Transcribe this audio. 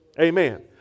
Amen